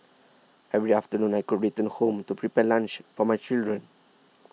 every afternoon I could return home to prepare lunch for my children